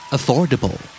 Affordable